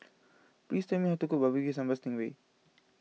please tell me how to cook Barbecue Sambal Sting Ray